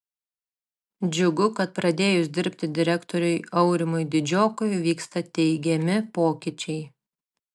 džiugu kad pradėjus dirbti direktoriui aurimui didžiokui vyksta teigiami pokyčiai